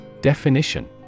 Definition